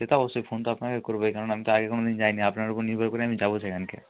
সে তো অবশ্যই ফোন তো আপনাকে করবই কারণ আমি তো আগে কোনো দিন যাইনি আপনার উপর নির্ভর করে আমি যাব সেখানকে